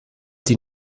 die